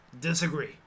Disagree